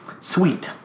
sweet